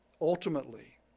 Ultimately